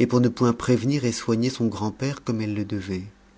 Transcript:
et pour ne point prévenir et soigner son grand-père comme elle le devait